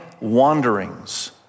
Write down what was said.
wanderings